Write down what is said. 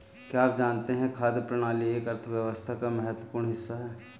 क्या आप जानते है खाद्य प्रणाली एक अर्थव्यवस्था का महत्वपूर्ण हिस्सा है?